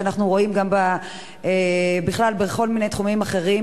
כשאנחנו רואים גם בכלל כל מיני תחומים אחרים